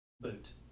Boot